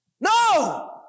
No